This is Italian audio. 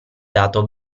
dato